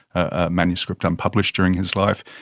a manuscript unpublished during his life.